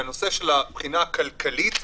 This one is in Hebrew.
בנושא הבחינה הכלכלית,